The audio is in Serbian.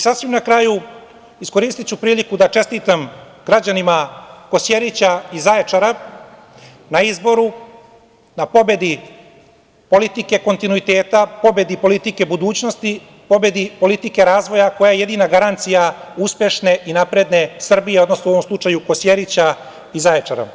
Sasvim na kraju ću iskoristiti priliku da čestitam građanima Kosjerića i Zaječara na izboru, na pobedi politike kontinuiteta, pobedi politike budućnosti, pobedi politike razvoja koja je jedina garancija uspešne i napredne Srbije, odnosno u ovom slučaju Kosjerića i Zaječara.